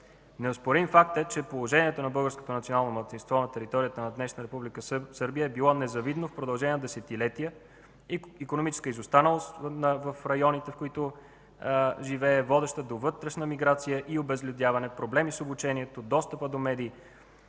Неоспорим факт е, че положението на българското национално малцинство на територията на днешна Република Сърбия е било незавидно в продължение на десетилетия. Икономическата изостаналост в районите, в които живее, води до вътрешна миграция и обезлюдяване. Проблеми има с обучението, достъпа до медии,